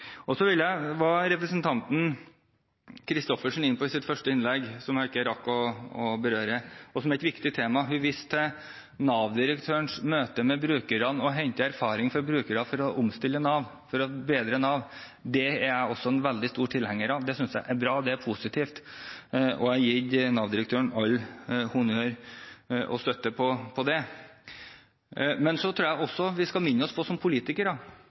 Representanten Christoffersen viste i sitt første innlegg – som jeg ikke rakk å berøre, men som er et viktig tema – til Nav-direktørens møte med brukerne og det å hente erfaring fra brukere for å omstille Nav, for å bedre Nav. Det er jeg også en veldig stor tilhenger av. Det synes jeg er bra, det er positivt. Jeg gir Nav-direktøren all honnør og støtte når det gjelder det. Så tror jeg også vi politikere skal minne oss selv på